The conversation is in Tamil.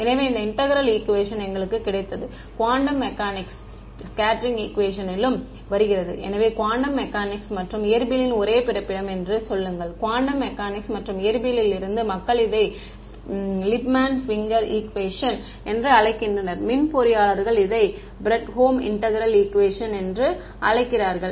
எனவே இந்த இன்டெக்ரல் ஈக்குவேஷன் எங்களுக்கு கிடைத்தது குவாண்டம் மெக்கானிக்ஸ் ஸ்கெட்டேரிங் ஈக்குவேஷனிலும் வருகிறது எனவே குவாண்டம் மெக்கானிக்ஸ் மற்றும் இயற்பியலின் ஒரே பிறப்பிடம் என்று சொல்லுங்கள் குவாண்டம் மெக்கானிக்ஸ் மற்றும் இயற்பியலில் இருந்து மக்கள் இதை லிப்மேன் ஸ்விங்கர் ஈக்குவேஷன் என்று அழைக்கின்றனர் மின் பொறியாளர்கள் இதை ஃப்ரெட்ஹோம் இன்டெக்ரல் ஈக்குவேஷன் என்று அழைக்கிறார்கள்